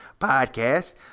podcast